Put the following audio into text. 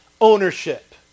ownership